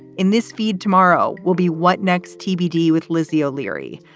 in this field, tomorrow will be what next? tbd with lizzie o'leary.